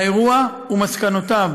האירוע ומסקנותיו